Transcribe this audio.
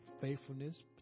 faithfulness